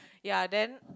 ya then